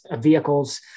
vehicles